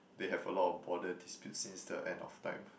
they have a lot border disputes since the end of time